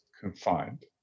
confined